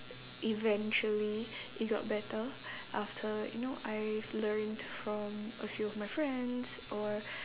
eventually it got better after you know I've learnt from a few of my friends or